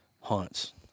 hunts